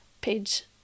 page